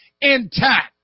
intact